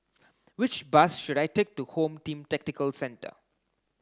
which bus should I take to Home Team Tactical Centre